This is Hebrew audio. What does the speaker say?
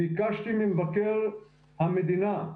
ביקשתי ממבקר המדינה,